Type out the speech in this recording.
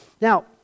Now